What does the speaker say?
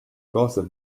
kaasneb